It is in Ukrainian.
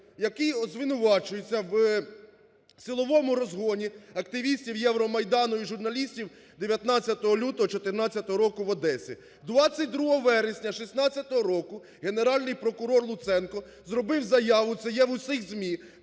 який звинувачується в силовому розгоні активістів Євромайдану і журналістів 19 лютого 2014 року в Одесі. 22 вересня 2016 року Генеральний прокурор Луценко зробив заяву – це є в усіх ЗМІ